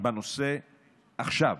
בנושא עכשיו.